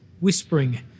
whispering